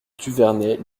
duvernet